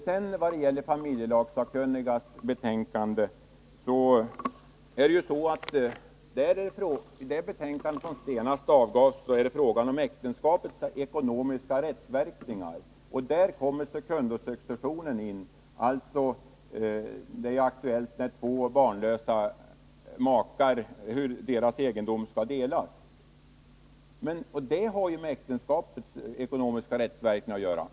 När det gäller familjelagssakkunniga vill jag sedan säga att det i det betänkande som senast avgavs är fråga om äktenskapets ekonomiska rättsverkningar. Där kommer sekundosuccessionen in — den är ju aktuell när två barnlösa makars egendom skall delas.